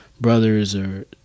brothers—or